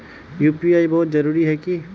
UPI बहुत जरूरी है की?